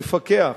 נפקח.